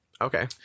Okay